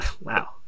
wow